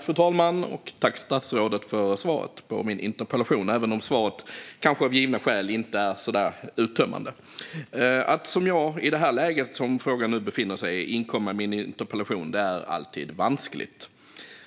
Fru talman! Tack, statsrådet, för svaret på min interpellation även om det, kanske av givna skäl, inte är så uttömmande. Att som jag i det läge den här frågan nu befinner sig inkomma med en interpellation är alltid vanskligt.